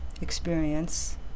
experience